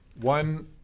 one